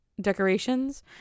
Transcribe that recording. decorations